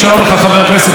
לא בירכתי אותך.